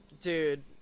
dude